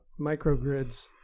microgrids